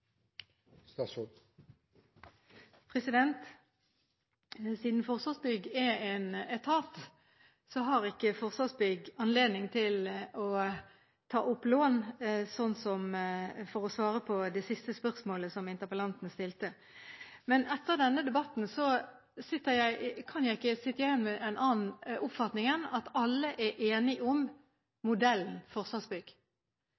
Siden Forsvarsbygg er en etat, har ikke Forsvarsbygg anledning til å ta opp lån – for å svare på det siste spørsmålet som interpellanten stilte. Men etter denne debatten kan jeg ikke sitte igjen med en annen oppfatning enn at alle er enige